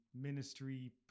ministry